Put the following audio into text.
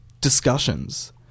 discussions